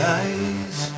eyes